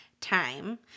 time